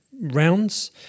rounds